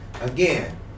again